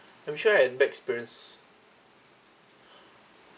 I'm sure I've bad experience